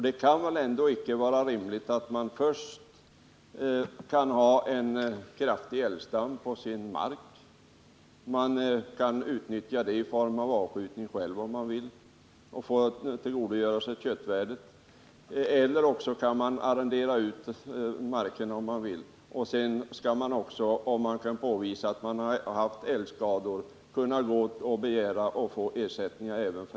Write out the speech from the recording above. Det kan inte vara rimligt att den som har en kraftig älgstam på sin mark dels kan utnyttja den genom att antingen själv skjuta älg och tillgodogöra sig köttvärdet eller arrendera ut marken, dels kan få ersättning om han kan påvisa att han har haft älgskador.